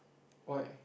why